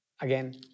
Again